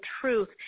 truth